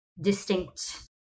distinct